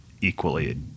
equally